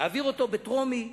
אעביר אותו בקריאה טרומית,